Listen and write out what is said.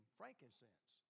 frankincense